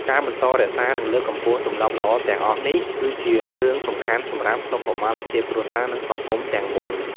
ការបន្តរក្សា និងលើកកម្ពស់ទម្លាប់ល្អទាំងអស់នេះ គឺជារឿងសំខាន់សម្រាប់សុខុមាលភាពគ្រួសារ និងសង្គមទាំងមូល។